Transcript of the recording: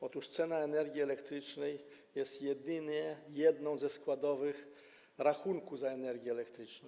Otóż cena energii elektrycznej jest jedynie jedną ze składowych rachunku za energię elektryczną.